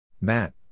Matt